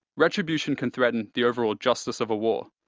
retribution can threaten the overall justice of a war,